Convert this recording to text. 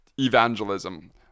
evangelism